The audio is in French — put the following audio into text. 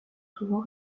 souvent